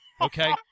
Okay